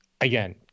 again